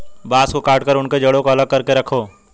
बांस को काटकर उनके जड़ों को अलग करके रखो